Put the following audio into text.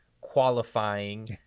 qualifying